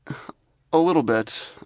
a little bit.